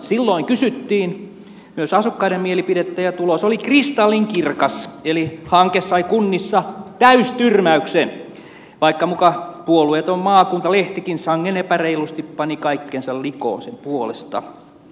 silloin kysyttiin myös asukkaiden mielipidettä ja tulos oli kristallinkirkas eli hanke sai kunnissa täystyrmäyksen vaikka muka puolueeton maakuntalehtikin sangen epäreilusti pani kaikkensa likoon sen puolesta